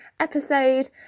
episode